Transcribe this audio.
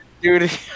Dude